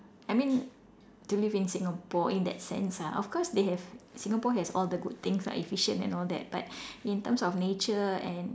I mean to live in Singapore in that sense ah of course they have Singapore has all the good things ah efficient and all that but in terms of nature and